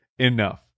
enough